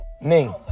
Ning